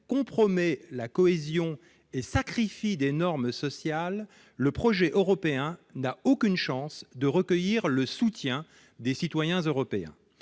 compromet la cohésion et sacrifie des normes sociales : le projet européen n'a aucune chance de recueillir le soutien des citoyens européens,